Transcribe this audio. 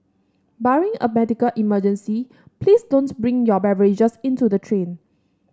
barring a medical emergency please don't bring your beverages into the train